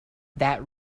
that